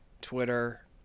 Twitter